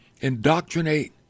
indoctrinate